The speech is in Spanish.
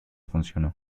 funcionó